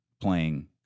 playing